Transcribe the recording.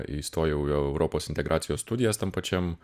įstojau į europos integracijos studijas tam pačiam